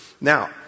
Now